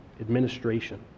administration